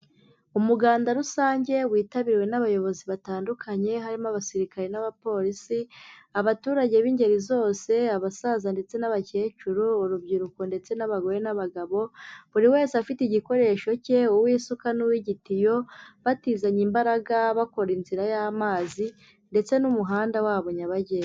Umuganda rusange witabiriwe n'abayobozi batandukanye harimo abasirikare n'abapolisi, abaturage b'ingeri zose, abasaza ndetse n'abakecuru, urubyiruko ndetse n'abagore n'abagabo, buri wese afite igikoresho cye, uw'isuka n'uw'igitiyo, batizanya imbaraga, bakora inzira y'amazi ndetse n'umuhanda wabo nyabagendwa.